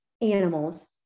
animals